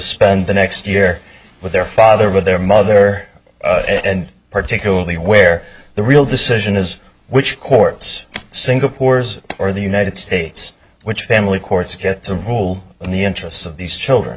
spend the next year with their father but their mother and particularly where the real decision is which courts single corps or the united states which family courts get to rule in the interests of these children